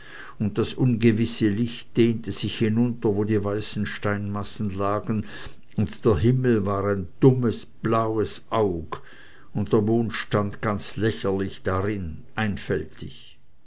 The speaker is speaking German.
und das ungewisse licht dehnte sich hinunter wo die weißen steinmassen lagen und der himmel war ein dummes blaues aug und der mond stand ganz lächerlich drin einfältig